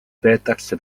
peetakse